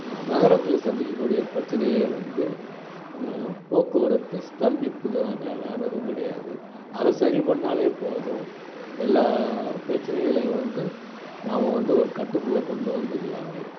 நகரத்தில் சந்திக்கக்கூடிய பிரச்சனையே வந்து போக்குவரத்து ஸ்தம்பிப்பு இது தான்ங்க வேறு எதுவும் கிடையாது அதை சரி பண்ணாலே போதும் எல்லா பிரச்சனைகளையும் வந்து நாம் வந்து ஒரு கட்டுக்குள்ளே கொண்டு வந்துடலாங்க